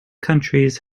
countries